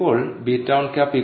ഇപ്പോൾ β̂1 3